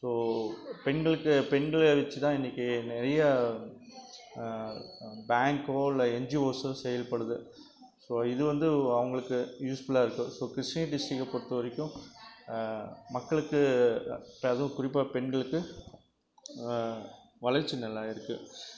so பெண்களுக்கு பெண்களை வச்சுதான் இன்றைக்கி நிறைய பேங்க்கோ இல்லை என்ஜிஓசஸ் செயல்படுது ஸோ இது வந்து அவங்களுக்கு யூஸ்ஃபுல்லாக இருக்கு ஸோ கிருஷ்ணகிரி டிஸ்ட்டிரிக்க பொறுத்த வரைக்கும் மக்களுக்கு அதுவும் குறிப்பாக பெண்களுக்கு வளர்ச்சி நல்லா இருக்கு